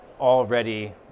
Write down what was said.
already